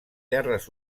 terres